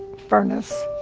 furnace.